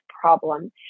problem